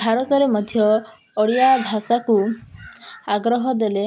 ଭାରତରେ ମଧ୍ୟ ଓଡ଼ିଆ ଭାଷାକୁ ଆଗ୍ରହ ଦେଲେ